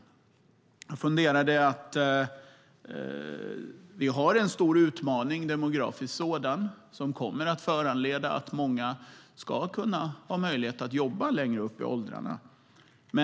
Vi har en stor demografisk utmaning som kommer att föranleda att många ska ha möjlighet att jobba längre upp i åldrarna.